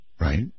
Right